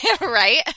right